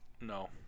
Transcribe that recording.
No